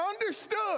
understood